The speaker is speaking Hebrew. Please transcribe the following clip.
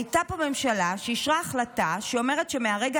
הייתה פה ממשלה שאישרה החלטה שאומרת שמהרגע